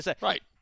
Right